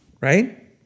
right